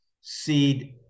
seed